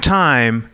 time